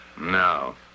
No